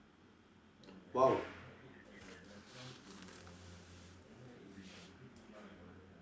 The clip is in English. !wow!